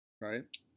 right